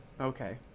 Okay